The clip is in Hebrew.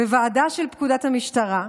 בוועדה של פקודת המשטרה,